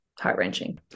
heart-wrenching